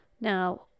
Now